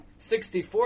64